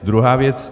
Druhá věc.